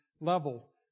level